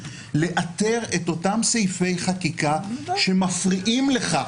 לאתר את אותם סעיפי חקיקה שמפריעים לך,